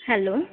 hello